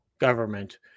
government